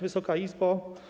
Wysoka Izbo!